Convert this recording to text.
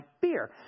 beer